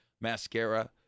Mascara